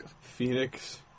Phoenix